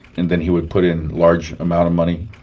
and then he would put in large amount of money,